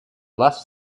less